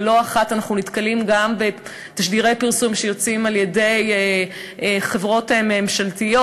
ולא אחת אנחנו נתקלים גם בתשדירי פרסום של חברות ממשלתיות,